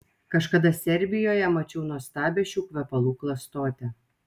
kažkada serbijoje mačiau nuostabią šių kvepalų klastotę